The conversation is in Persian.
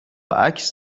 عکس